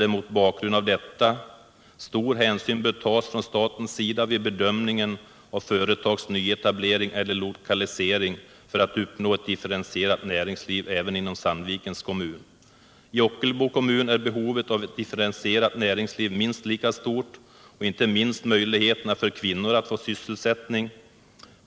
Till detta bör staten ta stor hänsyn vid bedömningen av företags nyetablering eller lokalisering så att man kan uppnå ett differentierat näringsliv även inom Sandvikens kommun. I Ockelbo kommun är behovet av ett differentierat näringsliv minst lika stort, inte minst för att skapa möjligheter för kvinnor att få sysselsättning.